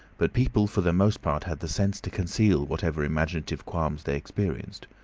but people for the most part had the sense to conceal whatever imaginative qualms they experienced.